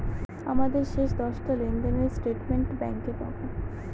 আমাদের শেষ দশটা লেনদেনের স্টেটমেন্ট ব্যাঙ্কে পাবো